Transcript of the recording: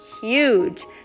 huge